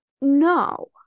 No